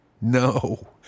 No